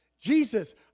Jesus